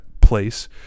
place